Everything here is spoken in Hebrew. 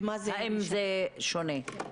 האם זה שונה?